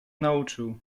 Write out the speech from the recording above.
nauczył